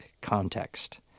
context